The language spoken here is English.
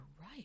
right